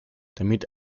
damit